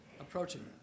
approaching